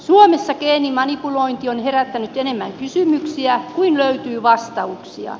suomessa geenimanipulointi on herättänyt enemmän kysymyksiä kuin löytyy vastauksia